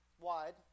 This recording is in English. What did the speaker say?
wide